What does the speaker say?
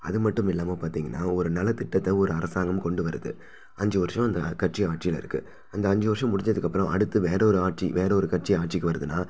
அது மட்டும் இல்லாமல் பார்த்தீங்கன்னா ஒரு நலத்திட்டத்தை ஒரு அரசாங்கம் கொண்டு வருது அஞ்சு வருஷம் அந்த கட்சி ஆட்சியில் இருக்குது அந்த அஞ்சு வருஷம் முடிஞ்சதுக்கப்புறம் அடுத்தது வேறு ஒரு ஆட்சி வேறு ஒரு கட்சி ஆட்சிக்கு வருதுன்னா